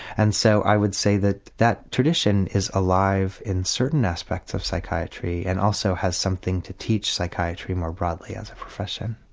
and so i would say that that tradition is alive in certain aspects of psychiatry and also has something to teach psychiatry more broadly as a profession.